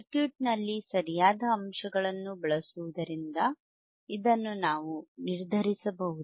ಸರ್ಕ್ಯೂಟ್ನಲ್ಲಿ ಸರಿಯಾದ ಅಂಶಗಳನ್ನು ಬಳಸುವುದರಿಂದ ಇದನ್ನು ನಾವು ನಿರ್ಧರಿಸಬಹುದು